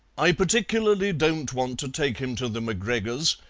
i particularly don't want to take him to the macgregors',